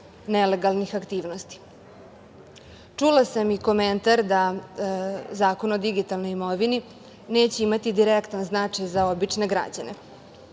nelegalnih aktivnosti. Čula sam i komentar da Zakon o digitalnoj imovini neće imati direktan značaj za obične građane,